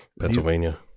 Pennsylvania